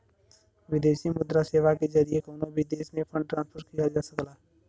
विदेशी मुद्रा सेवा के जरिए कउनो भी देश में फंड ट्रांसफर किहल जा सकला